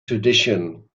tradition